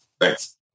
Thanks